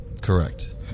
Correct